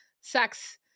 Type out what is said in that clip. sex